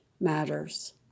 matters